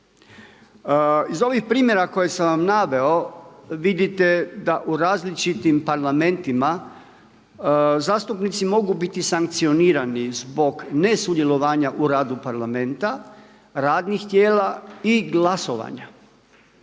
Iz ovih primjera koje sam vam naveo, vidite da u različitim parlamentima zastupnici mogu biti sankcionirani zbog nesudjelovanja u radu parlamenta, radnih tijela i glasovanja.